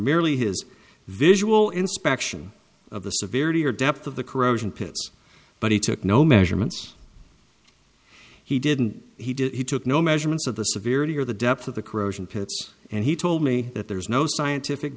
merely his visual inspection of the severity or depth of the corrosion pits but he took no measurements he didn't he did he took no measurements of the severely or the depth of the corrosion pits and he told me that there is no scientific